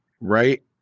right